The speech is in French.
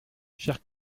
cher